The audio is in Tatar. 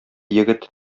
егет